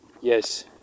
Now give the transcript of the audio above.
Yes